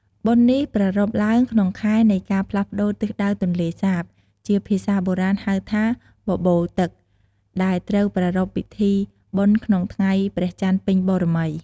បុណ្យនេះប្រារព្ធឡើងក្នុងខែនៃការផ្លាស់ប្តូរទិសដៅទន្លេសាប ជាភាសាបុរាណហៅថា “បបូរទឹក” ដែលត្រូវប្រារព្ធពិធីបុណ្យក្នុងថ្ងៃព្រះច័ន្ទពេញបូណ៌មី។